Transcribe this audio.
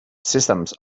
systems